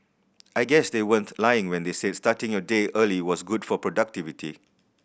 I guess they weren't lying when they said starting your day early was good for productivity